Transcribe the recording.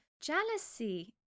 Jealousy